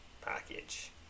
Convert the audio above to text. package